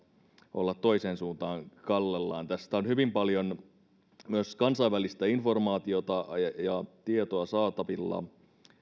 olla toiseen suuntaan kallellaan tästä on hyvin paljon myös kansainvälistä informaatiota ja tietoa saatavilla